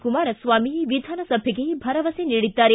ಕುಮಾರಸ್ವಾಮಿ ವಿಧಾನಸಭೆಗೆ ಭರವಸೆ ನೀಡಿದ್ದಾರೆ